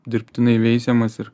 dirbtinai veisiamas ir